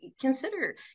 consider